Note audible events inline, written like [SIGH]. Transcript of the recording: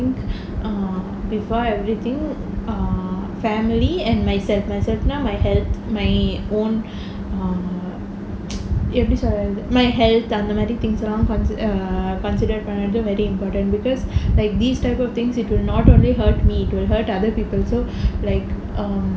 err before everything err family and myself myself ah my health my own err [NOISE] எப்படி சொல்றது:eppadi solrathu my health ah அந்த மாதிரி:antha maathiri things எல்லாம்:ellaam err consid~ err consider பண்றது:panrathu very important because like these type of things it do not only hurt me to hurt other people so like um